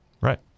Right